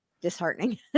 disheartening